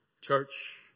Church